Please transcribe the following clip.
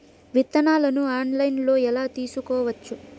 విత్తనాలను ఆన్లైన్లో ఎలా తీసుకోవచ్చు